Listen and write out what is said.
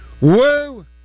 Woo